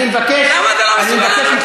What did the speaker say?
אני מבקש ממך